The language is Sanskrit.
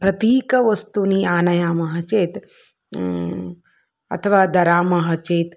प्रतीकवस्तूनि आनयामः चेत् अथवा धरामः चेत्